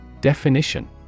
Definition